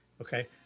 okay